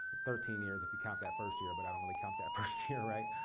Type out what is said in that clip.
thirteen years if you count that first year, but i don't really count that first year, right?